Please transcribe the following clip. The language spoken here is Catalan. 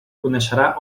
coneixerà